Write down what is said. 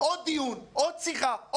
עוד דיון, עוד שיחה.